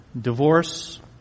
Divorce